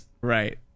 right